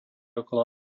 okolo